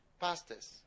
Pastors